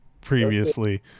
previously